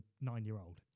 nine-year-old